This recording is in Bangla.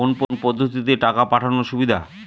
কোন পদ্ধতিতে টাকা পাঠানো সুবিধা?